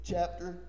Chapter